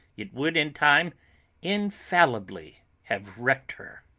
it would in time infallibly have wrecked her.